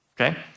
Okay